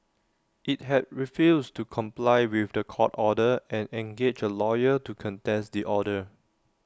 IT had refused to comply with The Court order and engaged A lawyer to contest the order